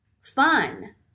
fun